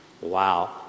wow